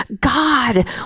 God